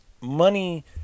money